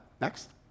next